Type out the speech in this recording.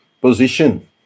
position